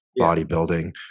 bodybuilding